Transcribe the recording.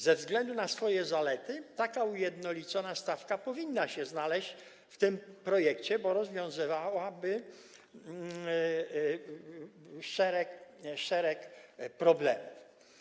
Ze względu na swoje zalety tak ujednolicona stawka powinna się znaleźć w tym projekcie, bo rozwiązywałaby szereg problemów.